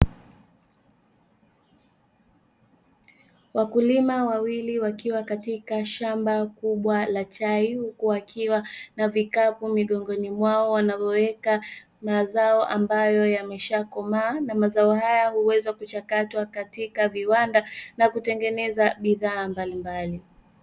Wakulima wawili wakiwa katika shamba kubwa la chai huku wakiwa na vikapu migongoni mwao wanavyoweka mazao ambayo yameshakomaa na mazao hayo hueweza kuchakatwa katika viwanda na kutengeneza bidhaa za aina mbalimbali.